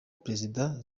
perezida